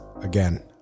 again